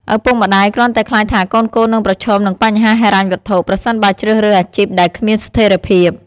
ឪពុកម្ដាយគ្រាន់តែខ្លាចថាកូនៗនឹងប្រឈមនឹងបញ្ហាហិរញ្ញវត្ថុ ប្រសិនបើជ្រើសរើសអាជីពដែលគ្មានស្ថេរភាព។